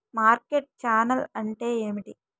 Market channel అంటే ఏమిటి?